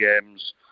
games